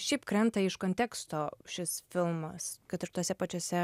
šiaip krenta iš konteksto šis filmas kad ir tose pačiuose